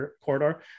corridor